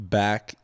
back